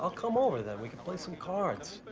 ah come over, then. we could play some cards,